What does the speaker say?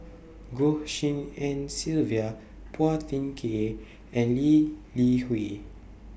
Goh Tshin En Sylvia Phua Thin Kiay and Lee Li Hui